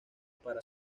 para